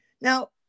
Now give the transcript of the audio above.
Now